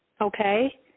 okay